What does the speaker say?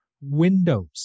Windows